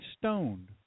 stoned